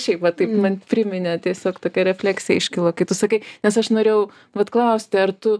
šiaip va taip man priminė tiesiog tokia refleksija iškilo kai tu sakai nes aš norėjau vat klausti ar tu